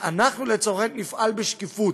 אנחנו, לצורך העניין, נפעל בשקיפות.